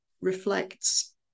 reflects